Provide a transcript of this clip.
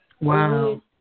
Wow